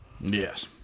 yes